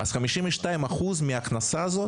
52% מההכנסה הזו